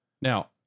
now